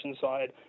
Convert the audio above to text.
side